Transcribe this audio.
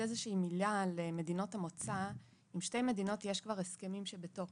עם שתי מדינות יש כבר הסכמים שהם בתוקף,